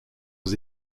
aux